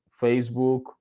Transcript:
Facebook